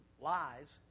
lies